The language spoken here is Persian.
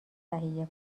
تهیه